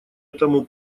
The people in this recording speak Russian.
этому